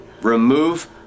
Remove